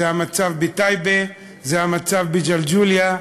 זה המצב בטייבה, זה המצב בג'לג'וליה,